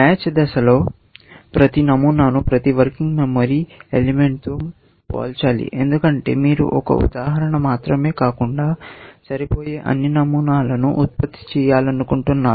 match దశలో ప్రతి నమూనాను ప్రతి వర్కింగ్ మెమరీ ఎలిమెంట్తో పోల్చాలి ఎందుకంటే మీరు ఒక ఉదాహరణ మాత్రమే కాకుండా సరిపోయే అన్ని నియమాలను ఉత్పత్తి చేయాలనుకుంటున్నారు